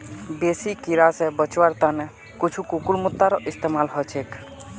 बेसी कीरा स बचवार त न कुछू कुकुरमुत्तारो इस्तमाल ह छेक